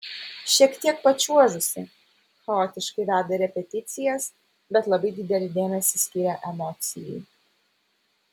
šiek tiek pačiuožusi chaotiškai veda repeticijas bet labai didelį dėmesį skiria emocijai